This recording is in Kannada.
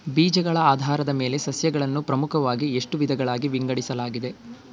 ಬೀಜಗಳ ಆಧಾರದ ಮೇಲೆ ಸಸ್ಯಗಳನ್ನು ಪ್ರಮುಖವಾಗಿ ಎಷ್ಟು ವಿಧಗಳಾಗಿ ವಿಂಗಡಿಸಲಾಗಿದೆ?